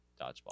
dodgeball